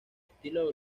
estilo